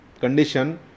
condition